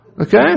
okay